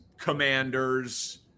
Commanders